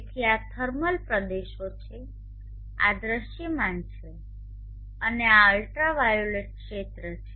તેથી આ થર્મલ પ્રદેશો છે આ દૃશ્યમાન છે અને આ અલ્ટ્રાવાયોલેટ ક્ષેત્ર છે